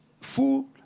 full